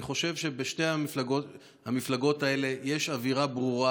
אני חושב שבשתי המפלגות האלה יש אווירה ברורה